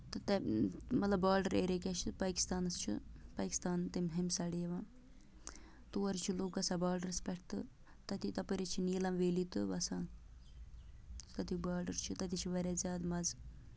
تہٕ تَہ مطلب باڈَر ایریا کیٛاہ چھِ پاکِستانَس چھُ پٲکِستان تمہِ ہمہِ سایڈٕ یِوان تور چھِ لُکھ گژھان باڈرَس پٮ۪ٹھ تہٕ تَتہِ تَپٲرۍ چھِ نیٖلَم ویلی تہٕ وَسان تَتیُک باڈَر چھُ تَتہِ حظ چھِ واریاہ زیادٕ مَزٕ